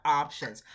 options